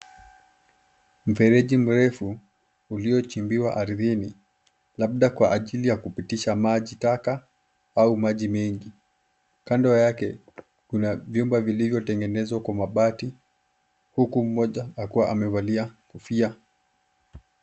Mfereji mrefu, uliochimbiwa ardhini, labda kwa ajili ya kupitisha maji taka au maji mengi. Kando yake kuna vyumba vilivyotengenezwa kwa mabati huku mmoja akiwa amevalia kofia.